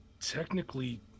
Technically